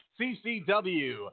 CCW